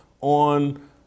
on